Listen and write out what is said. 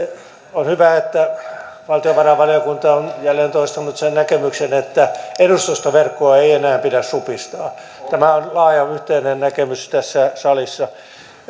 on hyvä että valtiovarainvaliokunta on jälleen toistanut sen näkemyksen että edustustoverkkoa ei enää pidä supistaa tämä on laaja yhteinen näkemys tässä salissa